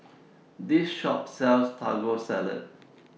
This Shop sells Taco Salad